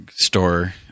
store